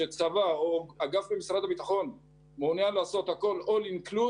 כשצבא או אגף במשרד הביטחון מונע לעשות הכול all include,